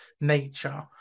nature